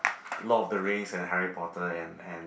Lord of the Rings and Harry Potter and and